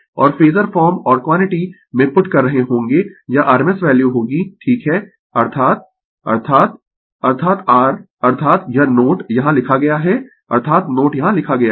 और phasor form और quantity में पुट कर रहे होंगें यह rms वैल्यू होगी ठीक है अर्थात अर्थात अर्थात r अर्थात यह नोट यहाँ लिखा गया है अर्थात नोट यहाँ लिखा गया है